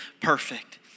perfect